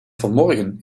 vanmorgen